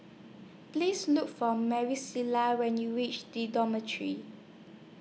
Please Look For Marisela when YOU REACH The Dormitory